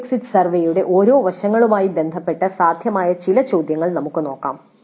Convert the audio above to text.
course exit സർവേയുടെ ഓരോ വശങ്ങളുമായി ബന്ധപ്പെട്ട് സാധ്യമായ ചില ചോദ്യങ്ങൾ നമുക്ക് നോക്കാം